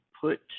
put